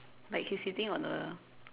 like he's sitting on a